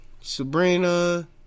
Sabrina